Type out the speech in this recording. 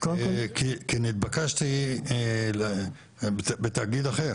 כי התבקשתי -- -מתאגיד אחר